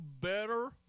better